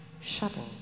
shuttle